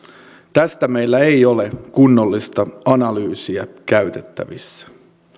tästä meillä ei ole kunnollista analyysiä käytettävissä